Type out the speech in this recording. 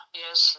yes